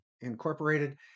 Incorporated